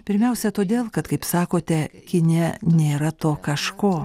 pirmiausia todėl kad kaip sakote kine nėra to kažko